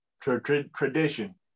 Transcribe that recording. tradition